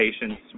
patients